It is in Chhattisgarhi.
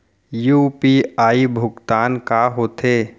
यू.पी.आई भुगतान का होथे?